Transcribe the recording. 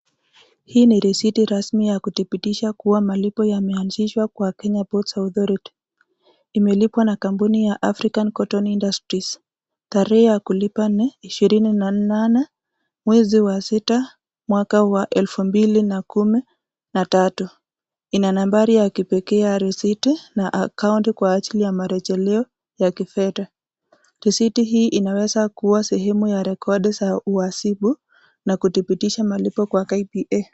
Hii ni risiti rasmi ya kudhibitisha kuwa malipo yameanzishwa kwa Kenya Ports Authority. Imelipwa na kampuni ya African Cotton Industries. Tarehe ya kulipa ni ishirini na nane, mwezi wa sita, mwaka wa elfu mbili na kumi na tatu. Ina nambari ya kipekee ya risiti na account kwa ajili ya marejeleo ya kifedha. Risiti hii inaweza kuwa sehemu ya rekodi za uhasibu na kudhibitisha malipo kwa KPA.